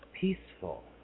Peaceful